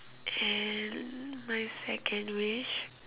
and my second wish